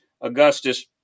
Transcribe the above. Augustus